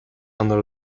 under